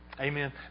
Amen